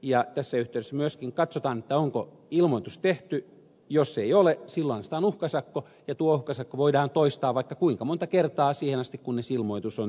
tässä yhteydessä myöskin katsotaan onko ilmoitus tehty ja jos ei ole silloin asetetaan uhkasakko ja tuo uhkasakko voidaan toistaa vaikka kuinka monta kertaa siihen asti kunnes ilmoitus on tehty